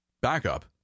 Backup